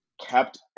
kept